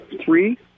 three